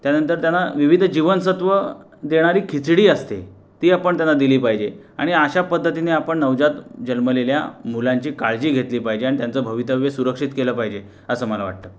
त्यानंतर त्यांना विविध जीवनसत्व देणारी खिचडी असते ती आपण त्यांना दिली पाहिजे आणि अशा पद्धतीने आपण नवजात जन्मलेल्या मुलांची काळजी घेतली पाहिजे आणि त्याचं भवितव्य सुरक्षित केलं पाहिजे असं मला वाटतं